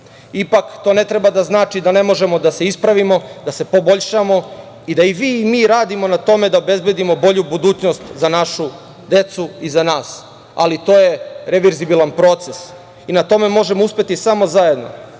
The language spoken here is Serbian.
Ipak, to ne treba da znači da ne možemo da se ispravimo, da se poboljšamo i da i vi i mi radimo na tome da obezbedimo bolju budućnost za našu decu i za nas, ali to je revirzibilan proces i na tome možemo uspeti samo zajedno.